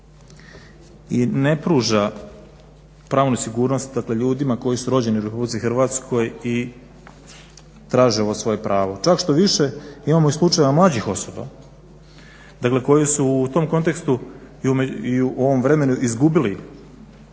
i ne pruža pravnu sigurnost dakle ljudima koji su rođeni u Republici Hrvatskoj i traže ovo svoje pravo. Čak štoviše imamo i slučajeva mlađih osoba, dakle koji su u tom kontekstu i u ovom vremenu izgubili